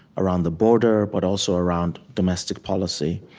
around the border but also around domestic policy.